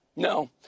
No